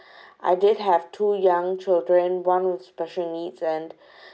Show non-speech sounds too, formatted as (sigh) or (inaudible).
(breath) I did have two young children one with special needs and (breath)